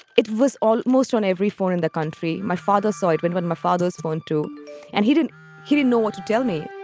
it was almost on every phone in the country. my father's side when when my father's phone, too and he didn't he didn't know what to tell me